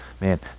Man